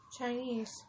Chinese